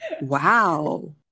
wow